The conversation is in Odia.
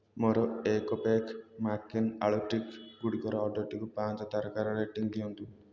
ମୋର ଏକ pack McCain aloo tikki ଗୁଡ଼ିକର ଅର୍ଡ଼ର୍ଟିକୁ ପାଞ୍ଚ ତାରକାର ରେଟିଙ୍ଗ ଦିଅନ୍ତୁ